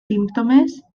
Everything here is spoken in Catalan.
símptomes